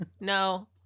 No